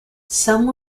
some